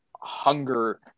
hunger